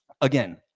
again